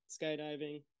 skydiving